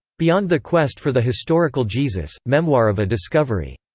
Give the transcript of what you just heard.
beyond the quest for the historical jesus memoir of a discovery.